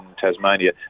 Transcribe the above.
Tasmania